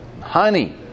honey